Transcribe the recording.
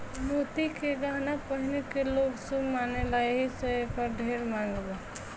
मोती के गहना पहिने के लोग शुभ मानेला एही से एकर ढेर मांग बा